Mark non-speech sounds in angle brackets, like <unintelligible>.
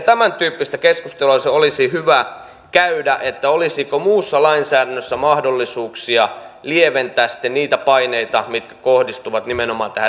<unintelligible> tämäntyyppistä keskustelua olisi hyvä käydä että olisiko muussa lainsäädännössä mahdollisuuksia lieventää niitä paineita mitkä kohdistuvat nimenomaan